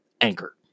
Anchor